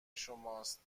شماست